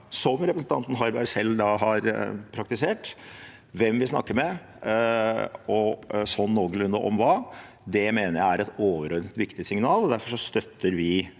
som representanten Harberg selv da har praktisert, hvem vi snakker med og sånn noenlunde om hva. Det mener jeg er et overordnet viktig signal. Derfor støtter vi